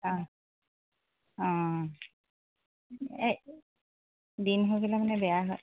অঁ অঁ এই দিন হৈ গ'লে মানে বেয়া হয়